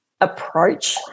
approach